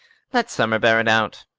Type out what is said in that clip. let summer bear it out.